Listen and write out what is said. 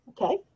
okay